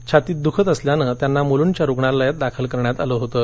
छातीत दुखत असल्याने त्यांना मुलुंडच्या रुग्णालयात दाखल करण्यात आलं होतं